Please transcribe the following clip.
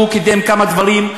והוא קידם כמה דברים,